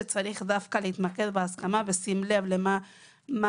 שצריך דווקא להתמקד בהסכמה בשים לב לכמה